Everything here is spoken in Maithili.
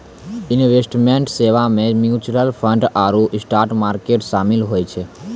इन्वेस्टमेंट सेबा मे म्यूचूअल फंड आरु स्टाक मार्केट शामिल होय छै